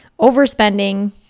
overspending